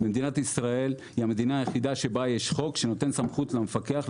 מדינת ישראל היא המדינה היחידה שבה יש חוק שנותן סמכות למפקח,